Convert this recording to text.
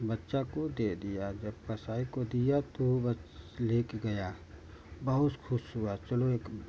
बच्चों को दे दिया जब कसाई को दिया तो बच ले कर गया बहुस ख़ुश हुआ चलो एक